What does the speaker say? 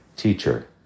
Teacher